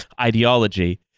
ideology